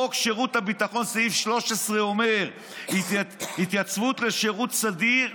חוק שירות ביטחון, סעיף 13, התייצבות לשירות סדיר,